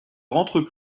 rentrent